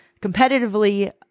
competitively